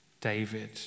David